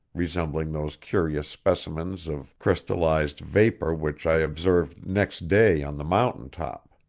resembling those curious specimens of crystallized vapor which i observed next day on the mountain top.